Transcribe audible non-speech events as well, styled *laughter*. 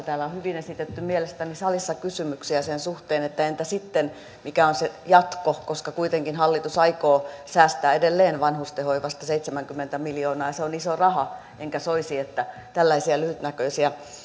*unintelligible* täällä on hyvin esitetty mielestäni salissa kysymyksiä sen suhteen että entä sitten mikä on se jatko koska kuitenkin hallitus aikoo säästää edelleen vanhustenhoivasta seitsemänkymmentä miljoonaa ja se on iso raha enkä soisi että tällaisia lyhytnäköisiä